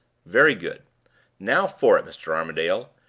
very good now for it, mr. armadale!